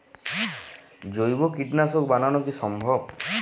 জৈব কীটনাশক বানানো কি সম্ভব?